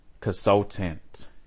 consultant